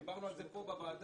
דיברנו על זה פה בוועדה,